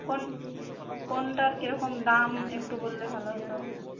কোন কোনটার কিরকম দাম একটু বললে ভালো হত